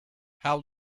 how